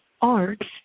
arts